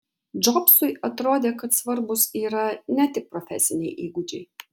džobsui atrodė kad svarbūs yra ne tik profesiniai įgūdžiai